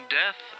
death